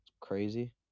Crazy